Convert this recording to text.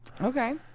Okay